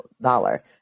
dollar